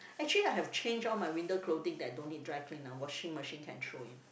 actually I have changed all my winter clothing that don't need dry clean ah washing machine can throw in